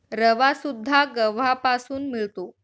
रवासुद्धा गव्हापासून मिळतो